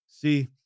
See